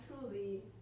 truly